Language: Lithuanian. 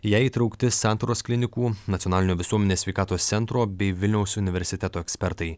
į ją įtraukti santaros klinikų nacionalinio visuomenės sveikatos centro bei vilniaus universiteto ekspertai